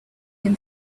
him